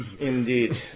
indeed